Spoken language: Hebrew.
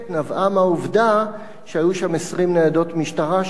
נבעה מהעובדה שהיו שם 20 ניידות משטרה,